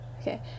Okay